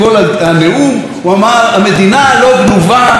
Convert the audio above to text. הוא אמר: המדינה לא גנובה, היא מגניבה.